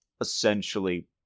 essentially